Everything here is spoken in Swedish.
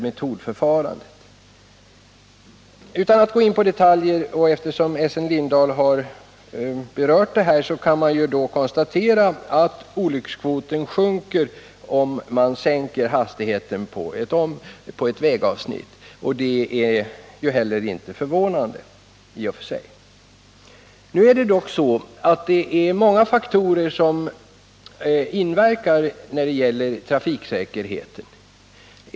Jag skall inte gå in på detaljer — Essen Lindahl har redan berört saken — utan bara konstatera att olyckskvoten sjunker om man sänker hastigheten på ett vägavsnitt. Det är heller inte förvånande i och för sig. Det finns emellertid många faktorer som inverkar på trafiksäkerheten.